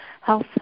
health